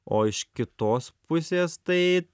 o iš kitos pusės tai